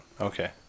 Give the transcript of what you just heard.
Okay